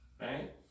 Right